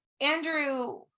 andrew